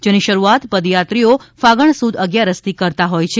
જેની શરૂઆત પદયાત્રીઓ ફાગણ સુદ અગિયારસથી કરતાં હોય છે